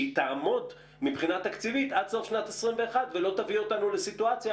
שתעמוד עד סוף 2021 ולא תביא אותנו לסיטואציה